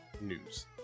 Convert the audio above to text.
news